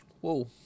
Whoa